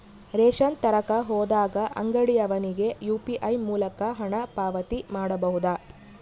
Ration ತರಕ ಹೋದಾಗ ಅಂಗಡಿಯವನಿಗೆ ಯು.ಪಿ.ಐ ಮೂಲಕ ಹಣ ಪಾವತಿ ಮಾಡಬಹುದಾ?